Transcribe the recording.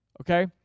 okay